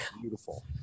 beautiful